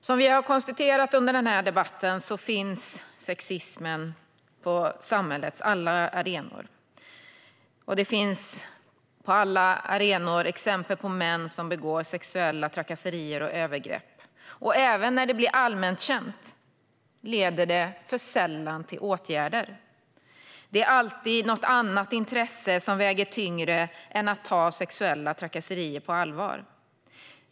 Som vi har konstaterat under debatten finns sexismen på samhällets alla arenor. På alla arenor finns även exempel på män som begår sexuella trakasserier och övergrepp. Även när det blir allmänt känt leder det för sällan till åtgärder. Det är alltid något annat intresse som väger tyngre än att ta sexuella trakasserier på allvar.